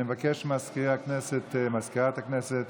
אני מבקש מסגנית מזכיר הכנסת